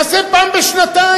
נעשה פעם בשנתיים.